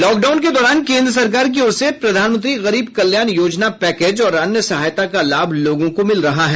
lockdown के दौरान केन्द्र सरकार की ओर से प्रधानमंत्री गरीब कल्याण योजना पैकेज और अन्य सहायता का लाभ लोगों को मिल रहा है